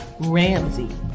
Ramsey